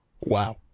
Wow